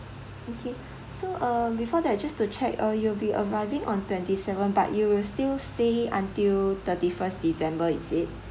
okay so uh before that just to check uh you'll be arriving on twenty seven but you will still stay until thirty first december is it